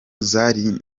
zari